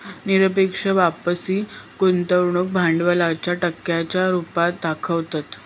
निरपेक्ष वापसी गुंतवणूक भांडवलाच्या टक्क्यांच्या रुपात दाखवतत